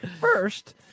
First